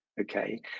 Okay